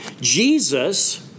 Jesus